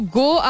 go